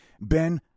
Ben